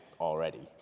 already